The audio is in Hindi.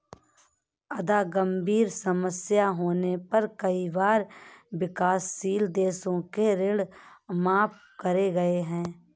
जादा गंभीर समस्या होने पर कई बार विकासशील देशों के ऋण माफ करे गए हैं